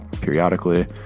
periodically